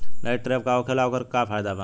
Light trap का होखेला आउर ओकर का फाइदा बा?